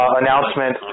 announcement